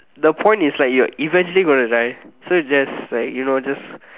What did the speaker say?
the point is like you're eventually gonna die so just like you know just